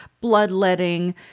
bloodletting